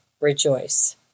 rejoice